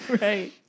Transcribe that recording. Right